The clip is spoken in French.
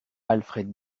alfred